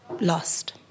lost